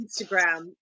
Instagram